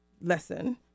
lesson